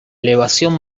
elevación